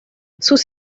sus